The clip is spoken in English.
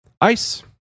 Ice